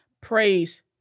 praise